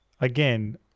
again